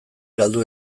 galdu